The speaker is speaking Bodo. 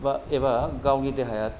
एबा गावनि देहाया